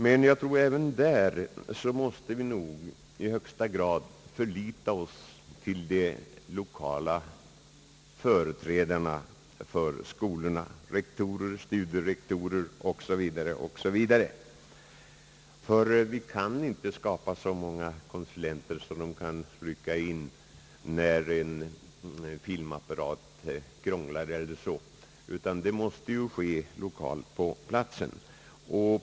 Men jag tror att vi även där i högsta grad måste förlita oss på de lokala företrädarna för sko lorna — rektorer, studierektorer 0. s. Vv. — ty vi kan inte få fram så många konsulenter att de kan rycka in när t.ex. en filmapparat krånglar, utan detta måste rättas till lokalt på platsen.